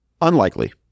Unlikely